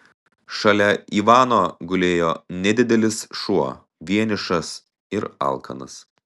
šalia ivano gulėjo nedidelis šuo vienišas ir alkanas